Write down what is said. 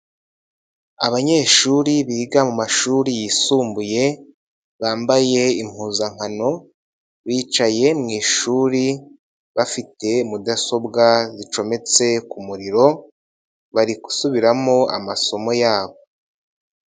Abanyeshuri biga mu mashuri yisumbuye bambaye impuzankano, bicaye mu ishuri bafite mudasobwa zicometse ku muriro, bari gusubiramo amasomo yabo.